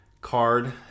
card